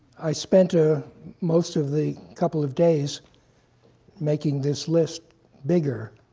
i spent ah most of the couple of days making this list bigger.